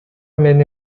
мени